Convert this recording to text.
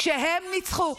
כשהם ניצחו,